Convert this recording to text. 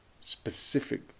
specific